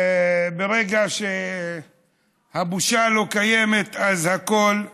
ברגע שהבושה לא קיימת אז הכול אפשרי.